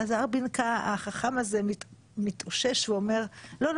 ואז ארבינקה החכם הזה מתאושש ואומר: אנחנו